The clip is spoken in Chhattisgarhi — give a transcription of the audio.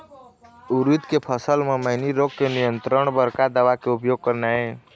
उरीद के फसल म मैनी रोग के नियंत्रण बर का दवा के उपयोग करना ये?